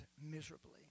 miserably